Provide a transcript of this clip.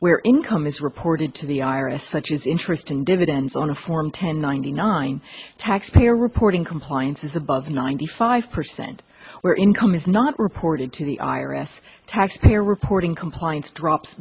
where income is reported to the iris such as interest and dividends on the form ten ninety nine tax payer reporting compliance is above ninety five percent where income is not reported to the i r s tax payer reporting compliance drops